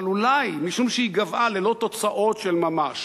אבל אולי משום שהיא גוועה ללא תוצאות של ממש